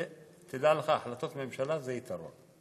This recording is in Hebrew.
תדע לך, החלטות ממשלה זה יתרון,